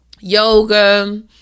yoga